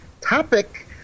topic